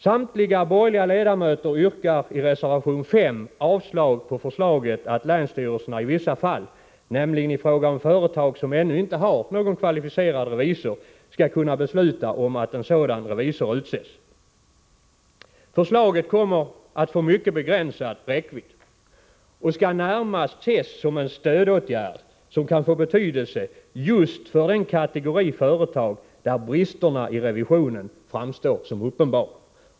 Samtliga borgerliga ledamöter yrkar i reservation 5 avslag på förslaget att länsstyrelserna i vissa fall, nämligen i fråga om företag som ännu inte har någon kvalificerad revisor, skall kunna besluta om att en sådan skall utses. Förslaget kommer att få mycket begränsad räckvidd och skall närmast ses som en stödåtgärd som kan få betydelse just för den kategori företag där bristerna i revisionen framstår som uppenbara.